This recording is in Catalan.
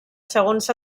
segons